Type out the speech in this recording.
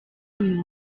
uyu